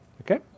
Okay